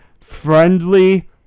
friendly